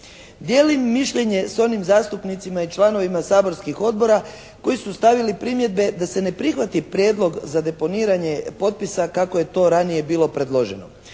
Dijelim mišljenje s onim zastupnicima i članovima saborskih odbora koji su stavili primjedbe da se ne prihvati prijedlog za deponiranje potpisa kako je to ranije bilo predloženo.